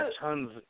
tons